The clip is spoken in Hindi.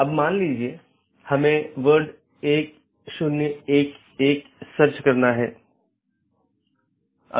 इसलिए बहुत से पारगमन ट्रैफ़िक का मतलब है कि आप पूरे सिस्टम को ओवरलोड कर रहे हैं